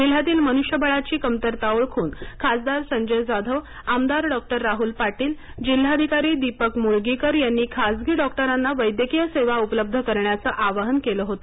जिल्ह्यातील मनुष्यबळाची कमतरता ओळखून खासदार संजय जाधव आमदार डॉक्टर राहूल पाटील जिल्हाधिकारी दीपक मुगळीकर यांनी खासगी डॉक्टरांना वैद्यकीय सेवा उपलब्ध करण्याचं आवाहन केले होते